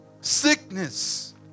Sickness